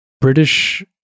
British